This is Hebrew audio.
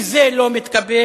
אם זה לא מתקבל,